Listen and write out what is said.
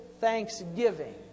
thanksgiving